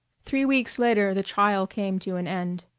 three weeks later the trial came to an end.